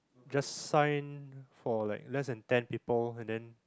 just sign for like less than ten people and then